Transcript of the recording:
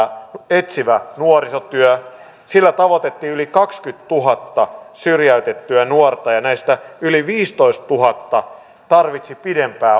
etsivä nuorisotyö sillä tavoitettiin yli kaksikymmentätuhatta syrjäytettyä nuorta ja näistä yli viisitoistatuhatta tarvitsi pidempään